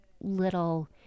little